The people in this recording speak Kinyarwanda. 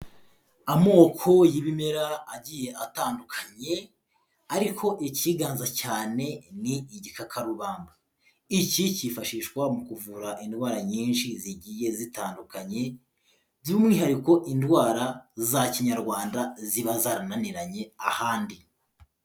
Amoko y'ibimera agiye atandukanye ariko icyiganza cyane ni igikakarubamba, iki kifashishwa mu kuvura indwara nyinshi zigiye zitandukanye, by'umwihariko indwara za kinyarwanda ziba zarananiranye ahandi.